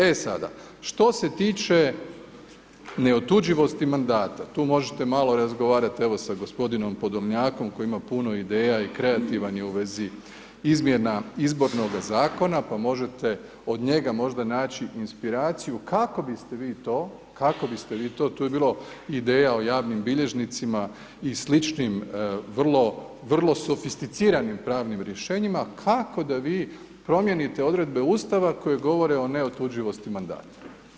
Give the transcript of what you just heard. E sada, što se tiče neotuđivosti mandata, tu možete malo razgovarati evo sa g. Podolnjakom koji ima puno ideja i kreativan je u vezi izmjena Izbornoga zakona, pa možete od njega možda naći inspiraciju kako bi ste vi to, tu je bilo ideja o javnim bilježnicima i sličnim vrlo sofisticiranim pravnim rješenjima, kako da vi promijenite odredbe Ustava koje govore o neotuđivosti mandata.